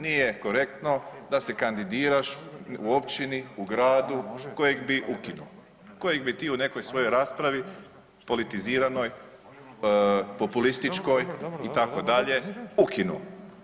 Nije korektno da se kandidiraš u općini, u gradu kojeg bi ukinuo, kojeg bi ti u nekoj svojoj raspravi politiziranoj, populističkoj, itd. ukinuo.